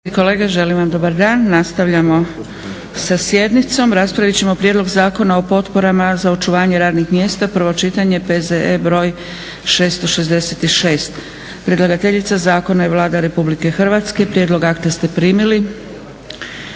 kolege želim vam dobar dan. Nastavljamo sa sjednicom. Raspravit ćemo: - Prijedlog zakona o potporama za očuvanje radnih mjesta, prvo čitanje, P.Z.E. br. 658. Predlagateljica zakona je Vlada RH. Prijedlog akta ste primili.